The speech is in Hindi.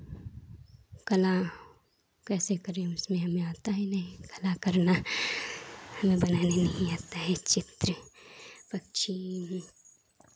कला कैसे करें वो हमें आता ही नहीं कला करना हमें बनाने ही नहीं आता है चित्र पक्षी